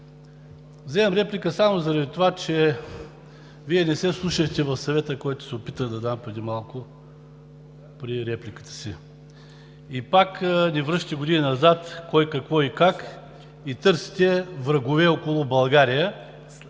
взимам реплика само заради това, че Вие не се вслушахте в съвета, който се опитах да дам преди малко при репликата си. И пак ни връщате години назад – кой, какво и как, и търсите врагове около България.